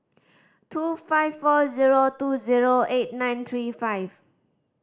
two five four zero two zero eight nine three five